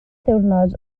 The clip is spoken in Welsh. ddiwrnod